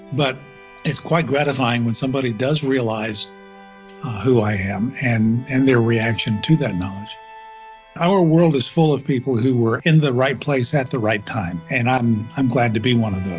but it's quite gratifying when somebody does realize who i am, and and their reaction to that knowledge our world is full of people who were in the right place at the right time, and i'm i'm glad to be one of those